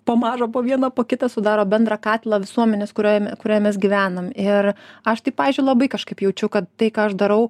po mažo po vieną po kitą sudaro bendrą katilą visuomenės kuriojeme kurioj mes gyvenam ir aš tai pavyzdžiui labai kažkaip jaučiu kad tai ką aš darau